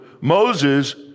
Moses